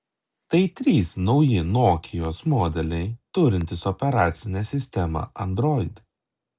tai trys nauji nokios modeliai turintys operacinę sistemą android